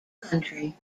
country